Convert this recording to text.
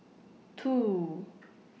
two